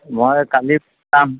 মই কালি